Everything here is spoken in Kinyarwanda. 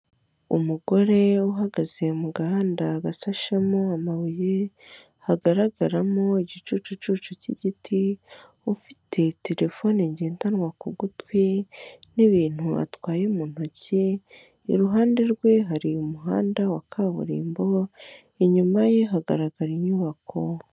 Umugore uhagaze mu gahanda gashashemo amabuye hagaragaramo igicucucu k'igiti ufite terefone ngendanwa ku gutwi n'ibintu atwaye mu ntoki, iruhande rwe hari umuhanda wa kaburimbo inyuma ye hagaragara inyubako.